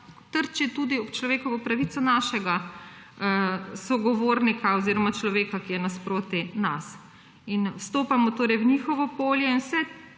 trči tudi ob človekovo pravico našega sogovornika oziroma človeka, ki je nasproti nas. Stopamo torej v njihovo polje in z